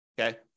Okay